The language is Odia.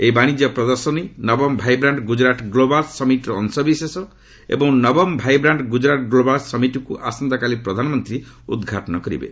ଏହି ବାଣିଜ୍ୟ ପ୍ରଦର୍ଶନୀ ନବମ ଭାଇବ୍ରାଷ୍ଟ୍ ଗୁଜରାଟ ଗ୍ଲୋବାଲ୍ ସମିଟ୍ର ଅଂଶବିଶେଷ ଏବଂ ନବମ ଭାଇବ୍ରାଣ୍ଟ ଗୁଜରାଟ ଗ୍ଲୋବାଲ୍ ସମିଟ୍କୁ ଆସନ୍ତାକାଲି ପ୍ରଧାନମନ୍ତ୍ରୀ ଉଦ୍ଘାଟନ କରିବେ